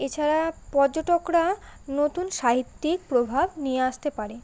এছাড়া পর্যটকরা নতুন সাহিত্যিক প্রভাব নিয়ে আসতে পারে